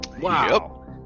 Wow